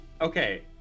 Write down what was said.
okay